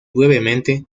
brevemente